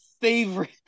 favorite